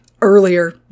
earlier